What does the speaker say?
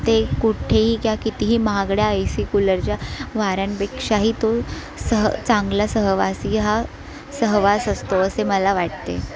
ते कुठेही किंवा कितीही महागड्या ए सी कुलरच्या वाऱ्यांपेक्षाही तो सह चांगला सहवासी हा सहवास असतो असे मला वाटते